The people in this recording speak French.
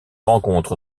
rencontre